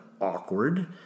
awkward